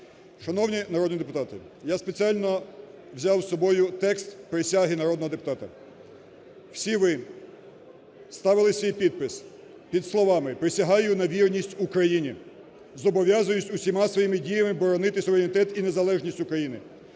Шановні народні депутати, я спеціально взяв з собою текст присяги народного депутата. Всі ви ставили свій підпис під словами "присягаю на вірність Україні, зобов'язуюсь усіма своїми діями боронити суверенітет і незалежність України,